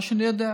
מה שאני יודע.